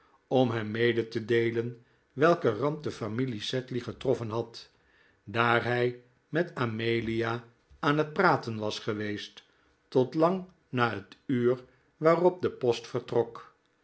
om hem mede te deelen welke ramp de familie sedley getroffen had daar hij met amelia aan het praten was geweest tot lang na het uur waarop de post vertrok